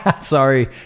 sorry